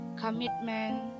commitment